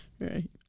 right